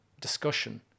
discussion